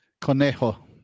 Conejo